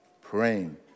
praying